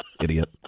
idiot